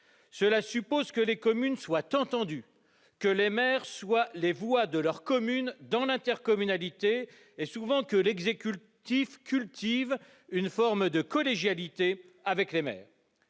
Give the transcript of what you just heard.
il faut que les communes soient entendues, que les maires portent la voix de leur commune dans l'intercommunalité et, souvent, que l'exécutif de cette dernière cultive une forme de collégialité avec les maires.